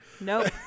Nope